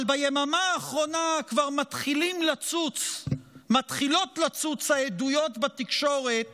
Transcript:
אבל ביממה האחרונה כבר מתחילות לצוץ העדויות בתקשורת